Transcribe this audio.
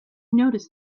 noticed